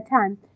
time